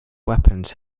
weapons